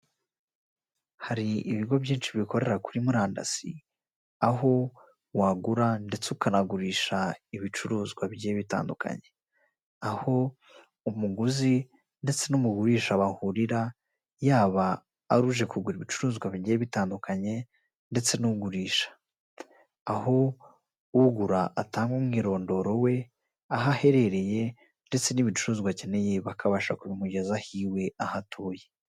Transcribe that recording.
Hari ibigo byinshi bikorera kuri murandasi aho wagura ndetse ukanagurisha ibicuruzwa bigiye bitandukanye, aho umuguzi ndetse n'umugurisha bahurira yaba ari uje kugura ibicuruzwa bigiye bitandukanye ndetse n'ugurisha, aho ugura atanga umwirondoro we aho aherereye ndetse n'ibicuruzwa akeneye bakabasha kubimugezaho iwe aho atuye.